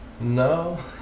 No